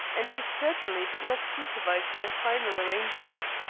and she certainly did not supervise their final arrangement.